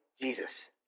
Jesus